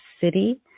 City